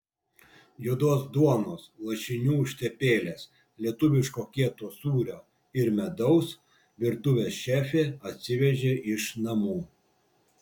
juodos duonos lašinių užtepėlės lietuviško kieto sūrio ir medaus virtuvės šefė atsivežė iš namų